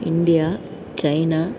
India China